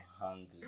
hungry